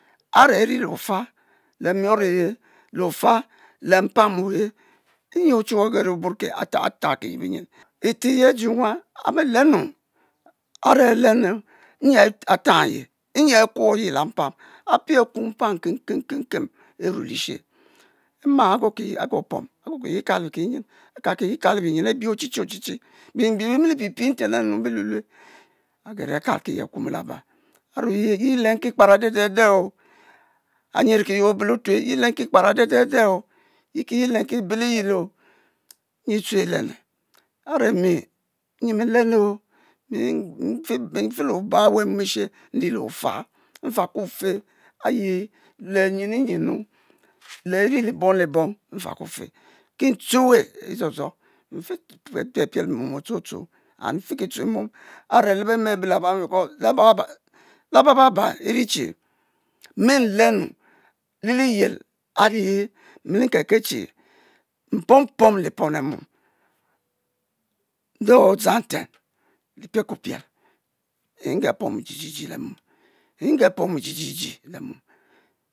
A’re aii le o’fa le mion ehe, le o’fia le mpam ohe, nyi ochuwue ogeii oburlɛe, atankiye binyen, iteye Aju nwa, amilenu, a’re aleuu nyi at an nye nyi alsuo e’ye le-mpam, apie alsuo mpam nkem kem kem kem kem erue le-eshua ima a’puo pom, a’guo kiye lsalo kinyen, aka ki ye-kalo binyen a’bi ochi ochi ochichi, binyen bie bimicipie le nten enu biluelue, age ii akal kiye akumu labe arue ye ye elen ki kparade de de oo, anyẹ kiye obe le ofue ye elenki kpara de de de, ye kilenki e’be liyeloo. nyi tue e’lenue a’re mi, nyi mi n leuu, mi’ n’fe le oba awu emom eshe mi le o’fa, nta ko’ fo, ayi le nyeuu nyeuu, le ini lebong lebong a’fa ko fa ki ntuwue i dzo dzo, nmm fi piel piel mom o’tuotuo, and nfe ki tue mom, are le be-me abami beco labababa, labababa eri che, nmi leuu le-liyel ali nmilikekel che, mpom le pom le mom ndze odzang ntem le pie ko piel nge pomo jijiji le-mom, nye pomo jijiji’lemon